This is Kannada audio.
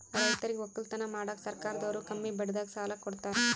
ರೈತರಿಗ್ ವಕ್ಕಲತನ್ ಮಾಡಕ್ಕ್ ಸರ್ಕಾರದವ್ರು ಕಮ್ಮಿ ಬಡ್ಡಿದಾಗ ಸಾಲಾ ಕೊಡ್ತಾರ್